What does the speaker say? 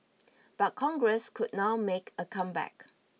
but Congress could now make a comeback